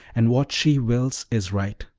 and what she wills is right.